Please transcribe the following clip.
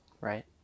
right